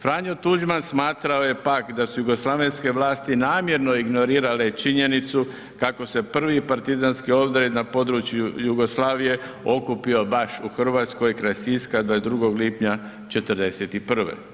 Franjo Tuđman smatrao je pak da su jugoslavenske vlasti namjerno ignorirale činjenicu kako se 1. partizanski odred na području Jugoslavije okupio baš u Hrvatskoj kraj Siska 22. lipnja '41.